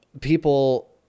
people